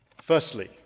Firstly